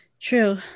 True